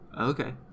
Okay